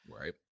Right